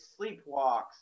sleepwalks